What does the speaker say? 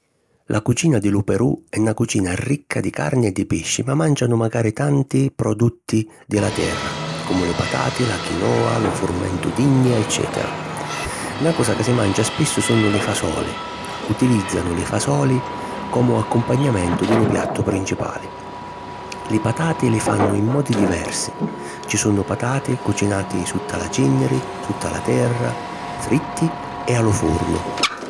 La cucina di lu Perù è na cucina ricca di carni e di pisci ma màncianu macari tanti produtti di la terra comu li patati, la chinoa, lu furmentu d’innia eccètera. Na cosa ca si mancia spissu sunnu li fasoli; utilìzzanu li fasoli comu accumpagnamentu di lu piattu principali. Li patati li fannu in modi diversi: ci sunnu patati cucinati sutta la cìnniri, sutta la terra, fritti e a lu furnu.